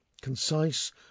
concise